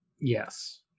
Yes